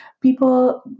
people